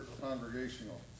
congregational